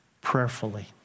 prayerfully